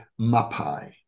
Mapai